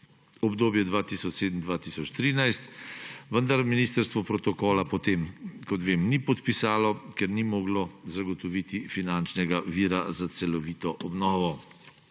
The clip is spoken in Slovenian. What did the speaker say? obdobje 2007–2013, vendar ministrstvo protokola potem, kot vem, ni podpisalo, ker ni moglo zagotoviti finančnega vira za celovito obnovo.